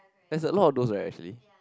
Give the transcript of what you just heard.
that's a lot of those right actually